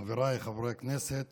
חבריי חברי הכנסת